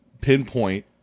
pinpoint